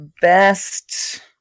best